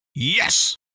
Yes